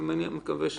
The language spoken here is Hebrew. אני מקווה שכן.